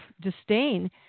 disdain